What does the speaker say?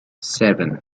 seven